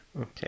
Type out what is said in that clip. Okay